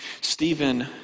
Stephen